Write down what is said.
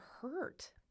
hurt